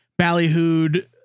ballyhooed